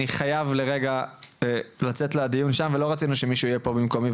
אני חייב לרגע לצאת לדיון ולא רצינו שמישהו יהיה פה במקומי,